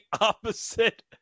opposite